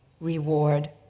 reward